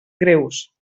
greus